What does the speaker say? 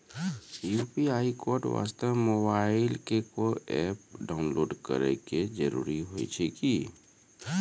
UPI code वास्ते mobile मे कोय एप्प डाउनलोड करे के जरूरी होय छै की?